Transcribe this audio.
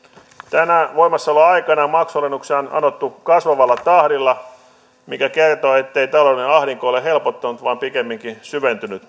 tänä voimassaoloaikana maksualennuksia on anottu kasvavalla tahdilla mikä kertoo ettei taloudellinen ahdinko ole helpottanut vaan pikemminkin syventynyt